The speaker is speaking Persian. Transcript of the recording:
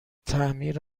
تعمیر